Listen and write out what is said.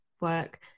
work